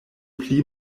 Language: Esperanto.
pli